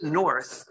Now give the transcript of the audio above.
north